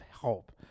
help